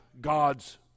God's